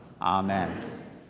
Amen